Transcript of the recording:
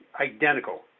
identical